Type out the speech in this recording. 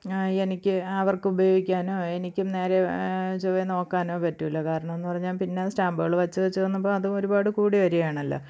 ഞാൻ എനിക്ക് അവര്ക്ക് ഉപയോഗിക്കാനോ എനിക്കും നേരെ ചൊവ്വെ നോക്കാനോ പറ്റൂല്ല കാരണമെന്നു പറഞ്ഞാൽ പിന്നേയും സ്റ്റാമ്പുകൾ വച്ചുവച്ച് വന്നപ്പം അതും ഒരുപാട് കൂടി വരികയാണല്ലോ